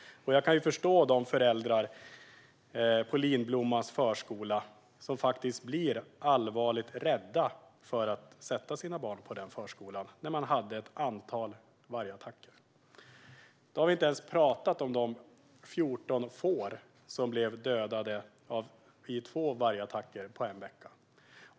Jag kan förstå de föräldrar som är rädda för att ha sina barn på Linblommans förskola, när det var ett antal vargattacker. Vi har inte ens pratat om de 14 får som dödades i två vargattacker på en vecka.